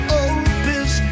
opus